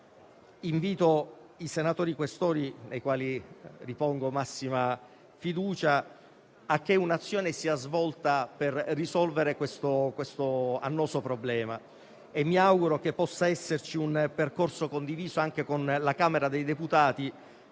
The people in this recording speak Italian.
dunque i senatori Questori, nei quali ripongo massima fiducia, a fare in modo che un'azione sia svolta per risolvere questo annoso problema. Mi auguro che possa esserci un percorso condiviso anche con la Camera dei deputati,